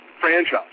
franchise